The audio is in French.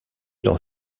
dans